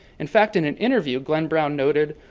in fact, in an interview, glen brown noted,